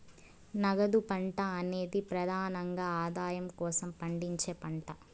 నగదు పంట అనేది ప్రెదానంగా ఆదాయం కోసం పండించే పంట